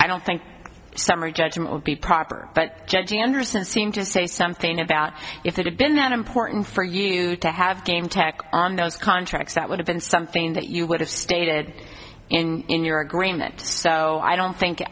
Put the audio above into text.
i don't think summary judgment would be proper but judging anderson seemed to say something about if it had been that important for you to have game tech on those contracts that would have been something that you would have stated in your agreement so i don't think